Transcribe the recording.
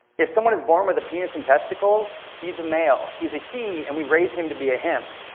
if someone is born with a penis and testicles, he's a male. he's a he, and we raise him to be a him.